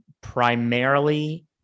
primarily